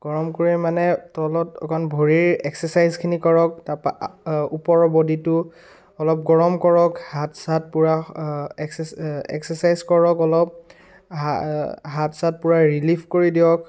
গৰম কৰি মানে তলত অকণ ভৰি একচাৰ্চাইজখিনি কৰক তাৰপৰা ওপৰৰ বডীটো অলপ গৰম কৰক হাত চাত পূৰা একচাৰ্চাইজ কৰক অলপ হাত চাত পূৰা ৰিলিফ কৰি দিয়ক